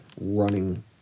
running